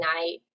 night